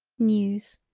news.